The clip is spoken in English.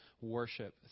worship